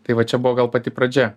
tai va čia buvo gal pati pradžia